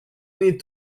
need